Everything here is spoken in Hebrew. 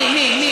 נכון.